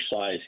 size